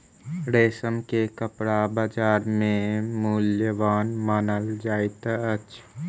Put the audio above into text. रेशम के कपड़ा बजार में मूल्यवान मानल जाइत अछि